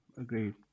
Agreed